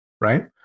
right